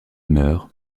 meurt